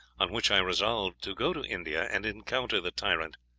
on which i resolved to go to india and encounter the tyrant.